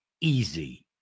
easy